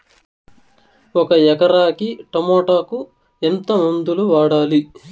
ఒక ఎకరాకి టమోటా కు ఎంత మందులు వాడాలి?